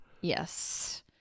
Yes